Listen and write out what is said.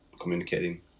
communicating